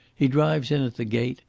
he drives in at the gate,